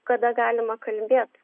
kada galima kalbėt